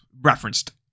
referenced